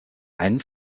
einen